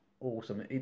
awesome